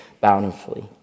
bountifully